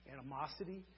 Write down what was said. animosity